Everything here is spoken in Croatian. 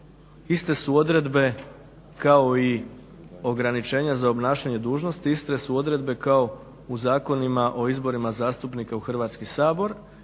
iste su odredbe kao i ograničenja za obnašanje dužnosti, iste su odredbe kao u Zakonima o izborima zastupnika u Hrvatski sabor